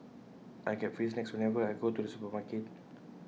I get free snacks whenever I go to the supermarket